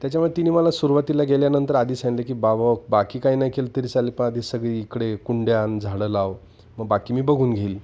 त्याच्यामुळे तिनी मला सुरुवातीला गेल्यानंतर आधी सांगितले की बाबा बघ बाकी काय नाही केलं तरी चालेल पण आधी सगळी इकडे कुंड्यानं झाडं लाव मग बाकी मी बघून घेईल